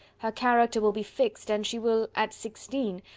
her character will be fixed, and she will, at sixteen,